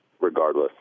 regardless